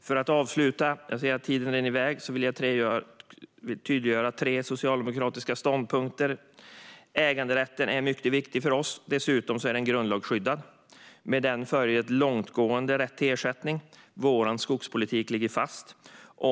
För att avsluta - jag ser att tiden rinner iväg - vill jag tydliggöra tre socialdemokratiska ståndpunkter: Äganderätten är mycket viktig för oss, och den är dessutom grundlagsskyddad. Med den följer en långtgående rätt till ersättning. Vår skogspolitik ligger fast.